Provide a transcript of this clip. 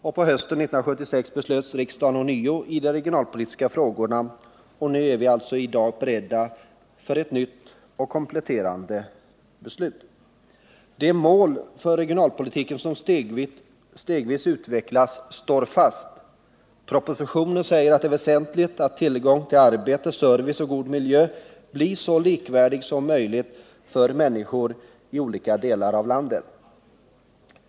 På hösten 1976 beslöt riksdagen ånyo i de regionalpolitiska frågorna, och nu är vi alltså i dag beredda för ett nytt och kompletterande beslut. De mål för regionalpolitiken som stegvis utvecklats står fast. Propositionen säger att det är väsentligt att tillgången till arbete, service och god miljö blir så likvärdig som möjligt för människor i olika delar av landet.